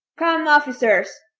come, officers!